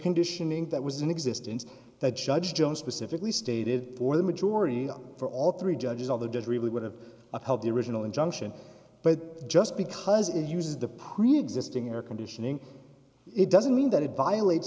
conditioning that was in existence that judge joan specifically stated for the majority for all three judges all the dead really would have upheld the original injunction but just because it uses the preexisting air conditioning it doesn't mean that it violates